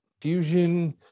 Fusion